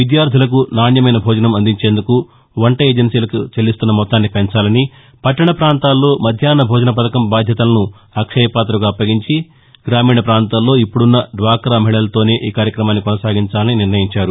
విద్యార్థులకు నాణ్యమైన భోజనం అందించేందుకు వంట ఏజెన్సీలకు చెల్లిస్తున్న మొత్తాన్ని పెంచాలని పట్టణ పాంతాల్లో మధ్యాహ్నభోజన పథకం బాధ్యతలను అక్షయపాతకు అప్పగించి గ్రామీణ ప్రాంతాల్లో ఇప్పుడున్న డ్వాకా మహిళలతోనే ఆ కార్యక్రమాన్ని కొనసాగించాలని నిర్ణయించారు